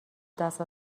دست